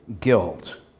guilt